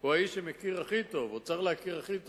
הוא האיש שמכיר הכי טוב, או צריך להכיר הכי טוב,